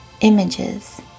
images